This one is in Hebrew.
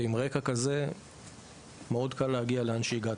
ועם רקע כזה מאוד קל להגיע לאן שהגעתי.